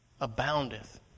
Aboundeth